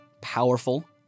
powerful